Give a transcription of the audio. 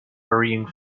hurrying